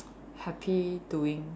happy doing